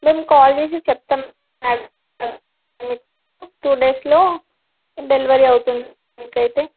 మేము కాల్ చేసి చెప్తాం మేడం మీకు టూ డేస్లో డెలివరీ అవుతుంది మీకు అయితే